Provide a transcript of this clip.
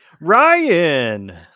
ryan